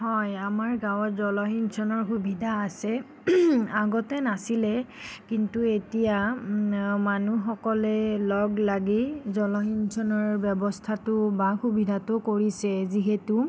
হয় আমাৰ গাঁৱত জলসিঞ্চনৰ সুবিধা আছে আগতে নাছিলে কিন্তু এতিয়া মানুহসকলে লগ লাগি জলসিঞ্চনৰ ব্যৱস্থাটো বা সুবিধাটো কৰিছে যিহেতু